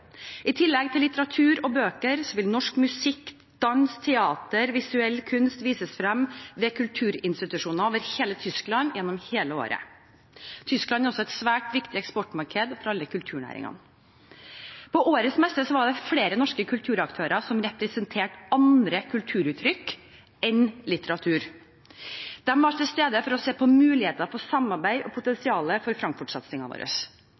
I tillegg til litteratur, bøker, vil norsk musikk, dans, teater og visuell kunst vises frem ved kulturinstitusjoner over hele Tyskland gjennom hele året. Tyskland er også et svært viktig eksportmarked for alle kulturnæringene. På årets messe var det flere norske kulturaktører som representerte andre kulturuttrykk enn litteratur. De var til stede for å se på muligheter for samarbeid og